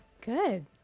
Good